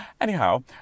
anyhow